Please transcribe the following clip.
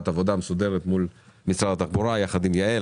עבודה מסודרת מול משרד התחבורה יחד עם יעל,